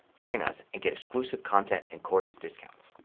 join us and get exclusive content and course discounts.